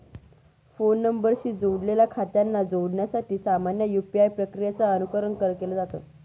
phone नंबरशी जोडलेल्या खात्यांना जोडण्यासाठी सामान्य यू.पी.आय प्रक्रियेचे अनुकरण केलं जात